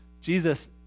Jesus